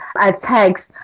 attacks